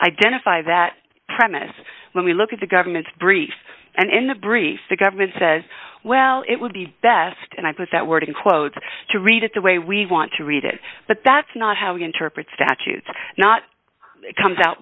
identify that premise when we look at the government's brief and in the brief the government says well it would be best and i put that word in quotes to read it the way we want to read it but that's not how we interpret statutes not comes out